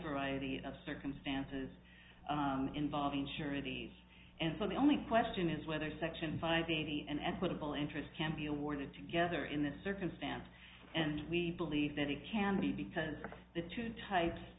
variety of circumstances involving surety s and so the only question is whether section five eighty an equitable interest can be awarded together in that circumstance and we believe that it can be because of the two types